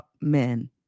men